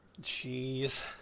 Jeez